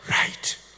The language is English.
right